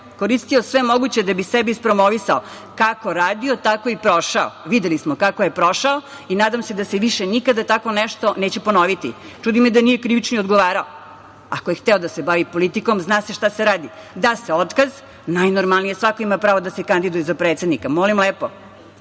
koristio sve moguće da bi sebe ispromovisao. Kako je radio, tako je i prošao. Videli smo kako je prošao i nadam se da se više nikada tako nešto neće ponoviti. Čudi me da nije krivično odgovarao. Ako je hteo da se bavi politikom, zna se šta se radi. Da se otkaz, najnormalnije, svako ima pravo da se kandiduje za predsednika, molim lepo.O